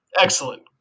Excellent